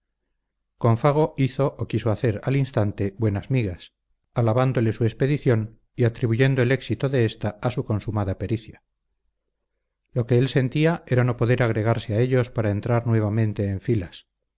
con fago hizo o quiso hacer al instante buenas migas alabándole su expedición y atribuyendo el éxito de ésta a su consumada pericia lo que él sentía era no poder agregarse a ellos para entrar nuevamente en filas